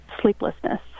sleeplessness